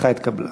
תודה רבה,